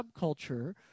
subculture